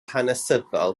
hanesyddol